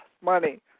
money